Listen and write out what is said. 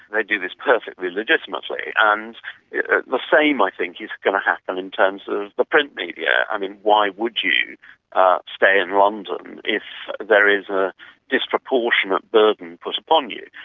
they do this perfectly legitimately and the same i think is going to happen in terms of the print media. i mean, why would you stay in london, if there is a disproportionate burden put upon you?